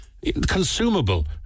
consumable